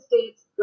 states